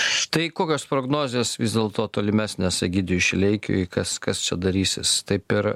tai kokios prognozės vis dėlto tolimesnės egidijui šileikiui kas kas čia darysis taip ir